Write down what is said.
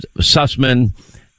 Sussman